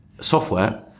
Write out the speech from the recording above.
software